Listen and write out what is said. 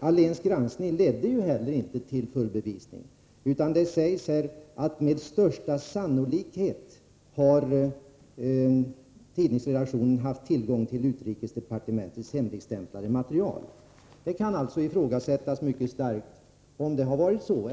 Alléns granskning ledde inte heller till full bevisning, utan det sägs att tidningsredaktionen ”med största sannolikhet haft tillgång till utrikesdepartementets hemligstämplade material”. Det kan alltså mycket starkt ifrågasättas om det har varit så.